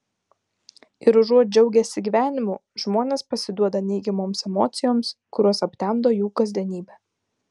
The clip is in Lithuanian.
ir užuot džiaugęsi gyvenimu žmonės pasiduoda neigiamoms emocijoms kurios aptemdo jų kasdienybę